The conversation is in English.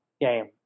game